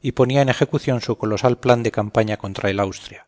y ponía en ejecución su colosal plan de campaña contra el austria